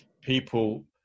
people